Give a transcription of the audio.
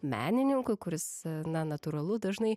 menininkui kuris na natūralu dažnai